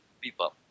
people